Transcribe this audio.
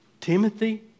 Timothy